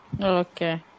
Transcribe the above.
Okay